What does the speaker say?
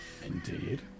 Indeed